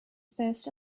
first